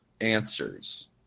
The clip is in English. answers